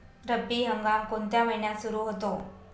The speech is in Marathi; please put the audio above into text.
रब्बी हंगाम कोणत्या महिन्यात सुरु होतो?